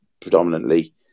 predominantly